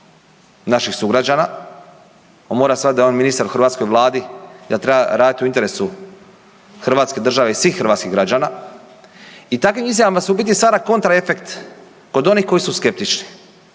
naših sugrađana, on mora shvatiti da je on ministar u hrvatskoj Vladi i da treba raditi u interesu hrvatske države i svih hrvatskih građana i takvim izjavama se u biti stvara kontraefekt kod onih koji su skeptični.